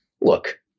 Look